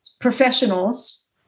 professionals